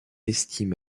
estime